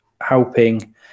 helping